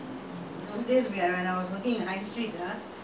வேலை:velai can't work already lah lazy already